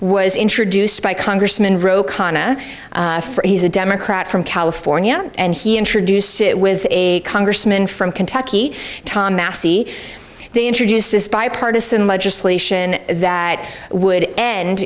was introduced by congressman ro khana he's a democrat from california and he introduced it with a congressman from kentucky tom massey they introduced this bipartisan legislation that would end